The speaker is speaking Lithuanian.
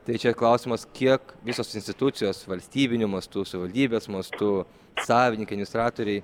tai čia klausimas kiek visos institucijos valstybiniu mastu savivaldybės mastu savininkai administratoriai